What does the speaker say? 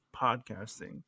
podcasting